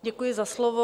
Děkuji za slovo.